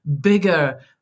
bigger